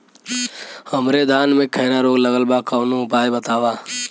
हमरे धान में खैरा रोग लगल बा कवनो उपाय बतावा?